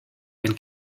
and